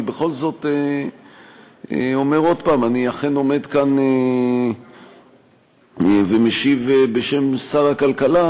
אני בכל זאת אומר עוד פעם: אני אכן עומד כאן ומשיב בשם שר הכלכלה,